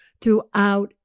throughout